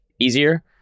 easier